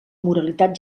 moralitat